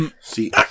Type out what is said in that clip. See